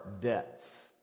debts